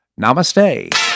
Namaste